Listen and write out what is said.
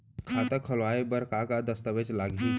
खाता खोलवाय बर का का दस्तावेज लागही?